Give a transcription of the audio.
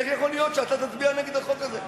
איך יכול להיות שאתה תצביע נגד החוק הזה?